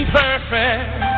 perfect